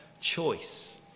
choice